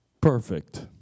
perfect